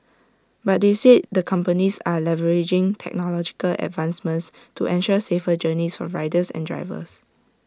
but they said the companies are leveraging technological advancements to ensure safer journeys for riders and drivers